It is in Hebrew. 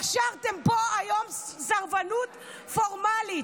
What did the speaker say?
הכשרתם פה היום סרבנות פורמלית.